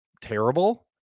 terrible